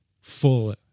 full